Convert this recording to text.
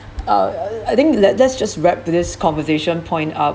uh I think let let's just wrap this conversation point up